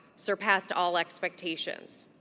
surpassed all expectations.